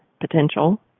potential